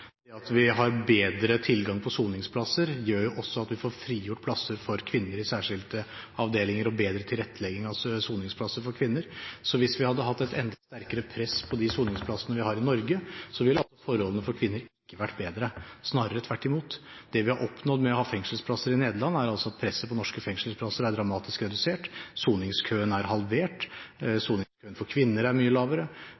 Det spørsmålet må bero på en åpenbar misforståelse. At vi har bedre tilgang til soningsplasser, gjør jo at vi får frigjort plasser for kvinner i særskilte avdelinger og bedre tilrettelegging av soningsplasser for kvinner. Hvis vi hadde hatt et enda sterkere press på de soningsplassene vi har i Norge, ville forholdene for kvinner ikke vært bedre – snarere tvert imot. Det vi har oppnådd med å ha fengselsplasser i Nederland, er at presset på norske fengselsplasser er dramatisk redusert, soningskøen er halvert,